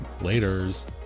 Later's